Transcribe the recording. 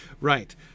Right